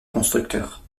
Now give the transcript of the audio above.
constructeur